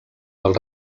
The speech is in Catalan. del